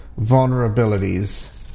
vulnerabilities